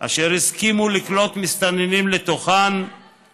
אשר הסכימו לקלוט מסתננים לתוכן,